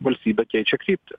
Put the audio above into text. valstybė keičia kryptį